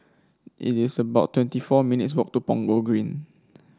it is about twenty four minutes' walk to Punggol Green